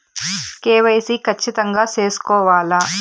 KYC ఖచ్చితంగా సేసుకోవాలా